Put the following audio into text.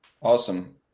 Awesome